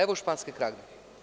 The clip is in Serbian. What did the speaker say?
Evo „španske kragne“